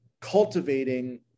cultivating